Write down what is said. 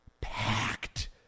packed